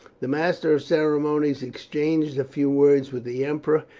the master of ceremonies exchanged a few words with the emperor,